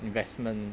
investment